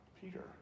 Peter